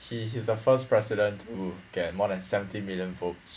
he he is the first president who get more than seventy million votes